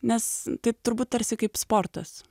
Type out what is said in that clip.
nes taip turbūt tarsi kaip sportas